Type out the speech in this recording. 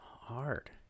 hard